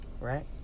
Right